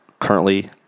currently